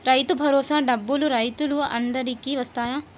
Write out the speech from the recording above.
రైతు భరోసా డబ్బులు రైతులు అందరికి వస్తాయా?